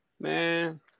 Man